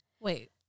Wait